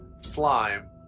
slime